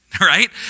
right